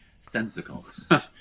sensical